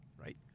right